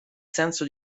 senso